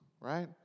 right